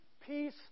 peace